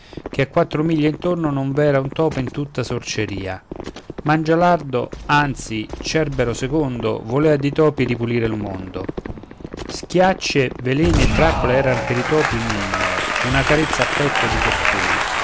che a quattro miglia intorno non v'era un topo in tutta sorceria mangialardo anzi cerbero secondo volea di topi ripulire il mondo schiaccie veleni e trappole eran pei topi un ninnolo una carezza a petto di costui